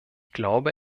glaube